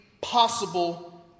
possible